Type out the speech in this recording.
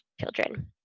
children